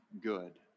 good